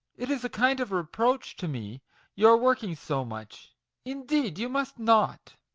it is a kind of reproach to me your working so much indeed you must not